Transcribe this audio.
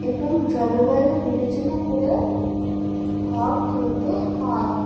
এবং জলবায়ু বিবেচনা করেও ঘর তুলতে হয়